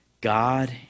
God